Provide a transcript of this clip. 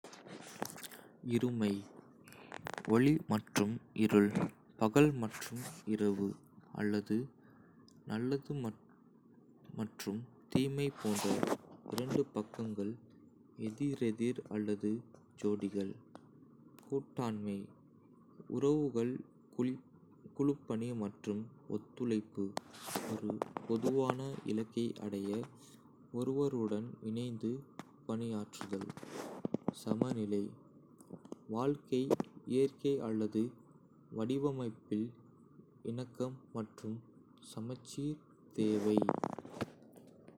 இருமை - ஒளி மற்றும் இருள், பகல் மற்றும் இரவு, அல்லது நல்லது மற்றும் தீமை போன்ற இரண்டு பக்கங்கள், எதிரெதிர் அல்லது ஜோடிகள். கூட்டாண்மை உறவுகள், குழுப்பணி மற்றும் ஒத்துழைப்பு ஒரு பொதுவான இலக்கை அடைய ஒருவருடன் இணைந்து பணியாற்றுதல். சமநிலை வாழ்க்கை, இயற்கை அல்லது வடிவமைப்பில் இணக்கம் மற்றும் சமச்சீர் தேவை.